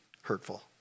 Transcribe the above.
hurtful